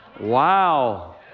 Wow